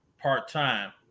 part-time